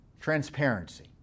Transparency